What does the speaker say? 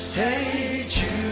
hey jude